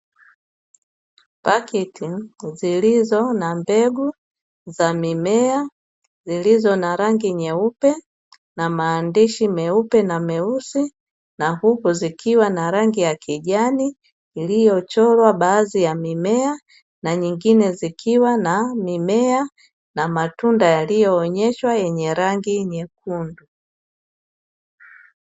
Paketi zilizo na mbegu za mimea zilizo na rangi nyeupe na maandishi meupe na meusi na huku, zikiwa na rangi ya kijani iliyochorwa baadhi ya mimea na nyingine zikiwa na mimea na matunda yaliyoonyeshwa yenye rangi nyekundu.